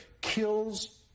kills